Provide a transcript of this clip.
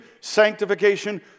sanctification